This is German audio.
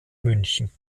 münchen